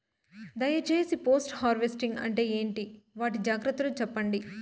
దయ సేసి post harvesting అంటే ఏంటి? వాటి జాగ్రత్తలు సెప్పండి?